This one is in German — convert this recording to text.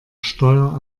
steuer